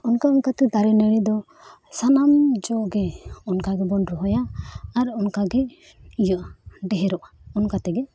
ᱚᱱᱠᱟᱼᱚᱱᱠᱟ ᱛᱮ ᱫᱟᱨᱮᱼᱱᱟᱹᱲᱤ ᱫᱚ ᱥᱟᱱᱟᱢ ᱡᱚᱜᱮ ᱚᱱᱠᱟ ᱜᱮᱵᱚᱱ ᱨᱚᱦᱚᱭᱟ ᱟᱨ ᱚᱱᱠᱟ ᱜᱮ ᱤᱭᱟᱹᱜᱼᱟ ᱰᱷᱮᱨᱚᱜᱼᱟ ᱚᱱᱠᱟ ᱛᱮᱜᱮ